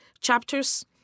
chapters